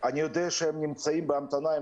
אני יודע שהם נמצאים בהמתנה.